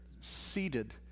seated